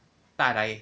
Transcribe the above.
带来